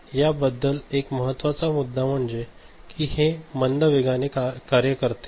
या बद्दल एक महत्वाचा मुद्दा म्हणजे कि हे मंद वेगाने कार्य करते